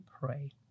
pray